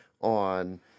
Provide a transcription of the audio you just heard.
on